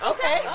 Okay